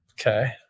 Okay